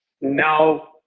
No